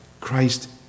Christ